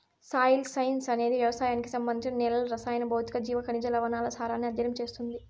soil science అనేది వ్యవసాయానికి సంబంధించి నేలల రసాయన, భౌతిక, జీవ, ఖనిజ, లవణాల సారాన్ని అధ్యయనం చేస్తుంది